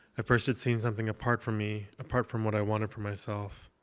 at first it seemed something apart from me, apart from what i wanted for myself.